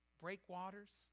breakwaters